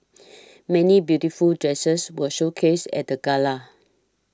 many beautiful dresses were showcased at the gala